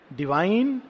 divine